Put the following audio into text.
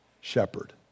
shepherd